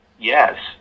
yes